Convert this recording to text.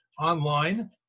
online